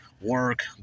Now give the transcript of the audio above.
work